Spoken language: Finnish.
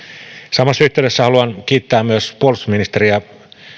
samassa yhteydessä haluan kiittää myös puolustusministeriä